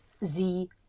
Sie